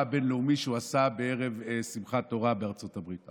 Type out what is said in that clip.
הבין-לאומי שהוא עשה בערב שמחת תורה בארצות הברית,